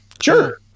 sure